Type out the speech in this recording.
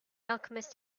alchemist